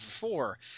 four